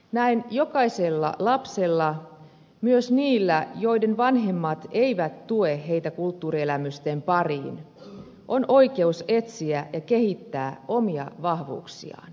näin jokaisella lapsella myös niillä joiden vanhemmat eivät tue heitä kulttuurielämysten pariin on oikeus etsiä ja kehittää omia vahvuuksiaan